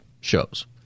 shows